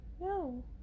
No